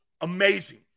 Amazing